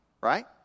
right